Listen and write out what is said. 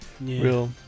real